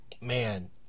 Man